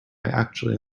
actually